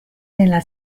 nella